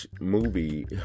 movie